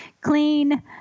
clean